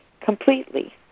completely